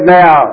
now